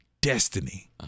destiny